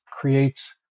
creates